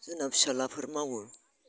जोंना फिसाज्लाफोर मावो